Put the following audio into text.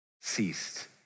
ceased